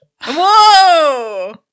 Whoa